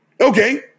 Okay